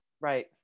Right